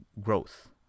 growth